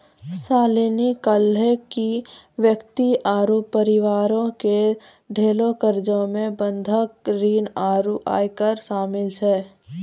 शालिनी कहलकै कि व्यक्ति आरु परिवारो के देलो कर्जा मे बंधक ऋण आरु आयकर शामिल छै